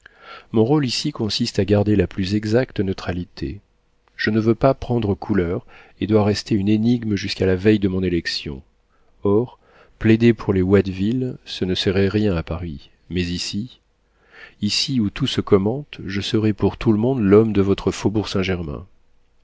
mon rôle ici consiste à garder la plus exacte neutralité je ne veux pas prendre couleur et dois rester une énigme jusqu'à la veille de mon élection or plaider pour les watteville ce ne serait rien à paris mais ici ici où tout se commente je serais pour tout le monde l'homme de votre faubourg saint-germain